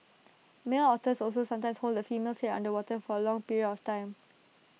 male otters also sometimes hold the female's Head under water for A long period of time